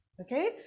Okay